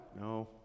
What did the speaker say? No